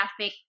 traffic